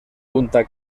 punta